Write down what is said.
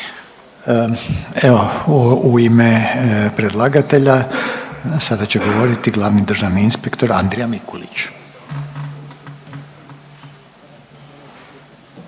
Evo u ime predlagatelja sada će govoriti glavni državni inspektor Andrija Mikulić.